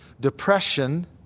depression